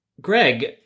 Greg